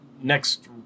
next